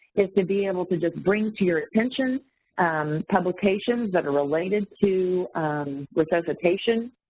is to be able to just bring to your attention um publications that are related to resuscitation.